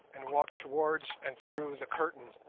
and walked towards and through the curtain,